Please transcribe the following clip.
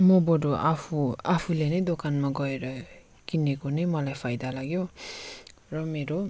म बरू आफू आफूले नै दोकानमा गएर किनेको नै मलाई फाइदा लाग्यो र मेरो